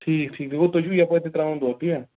ٹھیٖک ٹھیٖک گوٚو تُہۍ چھُو یَپٲرۍ تہِ ترٛاوان دۄد تی یا